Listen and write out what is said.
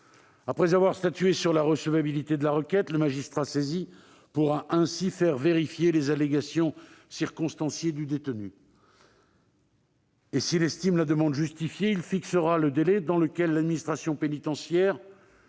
Après avoir statué sur la recevabilité de la requête, le magistrat saisi pourra faire vérifier les allégations circonstanciées du détenu et, s'il estime la demande justifiée, il fixera le délai dans lequel l'administration pénitentiaire